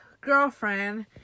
girlfriend